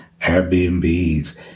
Airbnbs